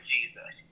Jesus